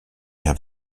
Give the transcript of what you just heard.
have